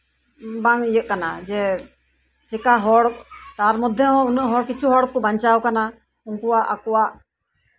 ᱵᱟᱝ ᱤᱭᱟᱹᱜ ᱠᱟᱱᱟ ᱡᱮ ᱪᱤᱠᱟᱹ ᱦᱚᱲ ᱛᱟᱨ ᱢᱚᱫᱽᱫᱷᱮ ᱦᱚᱸ ᱦᱚᱲ ᱠᱤᱪᱷᱩ ᱦᱚᱲ ᱠᱚ ᱵᱟᱧᱪᱟᱣ ᱟᱠᱟᱱᱟ ᱩᱱᱠᱩᱣᱟᱜ ᱟᱠᱚᱣᱟᱜ